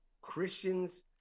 Christians